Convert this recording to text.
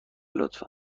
لطفا